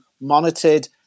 monitored